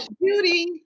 beauty